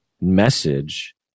message